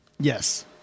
Yes